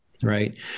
Right